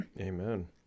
amen